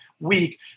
week